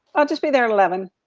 i'll just be there and eleven.